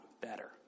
better